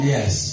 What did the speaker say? Yes